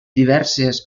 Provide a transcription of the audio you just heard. diverses